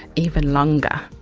even longer,